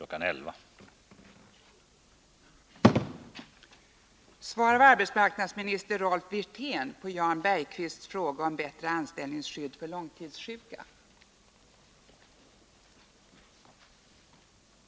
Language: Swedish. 11.00.